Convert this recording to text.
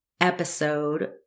episode